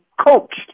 coached